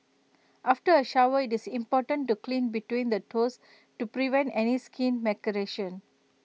after A shower IT is important to clean between the toes to prevent any skin maceration